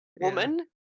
woman